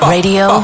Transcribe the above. Radio